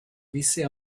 visse